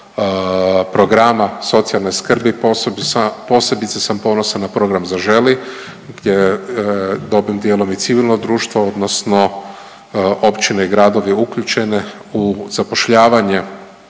programa socijalne skrbi, posebice sam ponosan na program „Zaželi“ gdje dobrim dijelom i civilno društvo odnosno općine i gradovi uključene u zapošljavanje